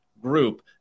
group